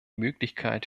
möglichkeit